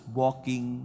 walking